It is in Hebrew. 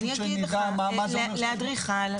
לאדריכל,